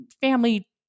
family